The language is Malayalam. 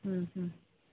മ് മ്